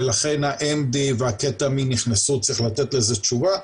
ולכן ה-MD והקטמין נכנסו, צריך לתת לזה תשובה.